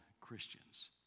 Christians